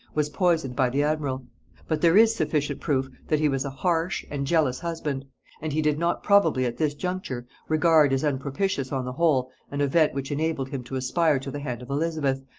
was poisoned by the admiral but there is sufficient proof that he was a harsh and jealous husband and he did not probably at this juncture regard as unpropitious on the whole, an event which enabled him to aspire to the hand of elizabeth,